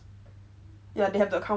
ya they have to account for you lah